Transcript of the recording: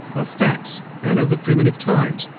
of facts, and of the primitive times,